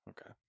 Okay